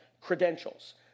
credentials